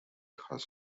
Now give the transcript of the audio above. has